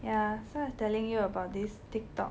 ya so I'm telling you about this TikTok